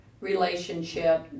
relationship